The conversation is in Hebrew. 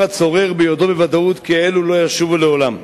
הצורר ביודעו בוודאות כי אלו לא ישובו לעולם.